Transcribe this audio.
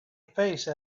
face